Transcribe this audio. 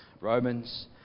Romans